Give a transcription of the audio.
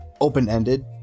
open-ended